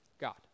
God